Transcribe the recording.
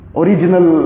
original